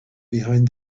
behind